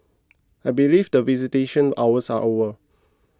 I believe the visitation hours are over